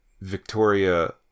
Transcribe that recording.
Victoria